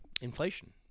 Inflation